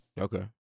Okay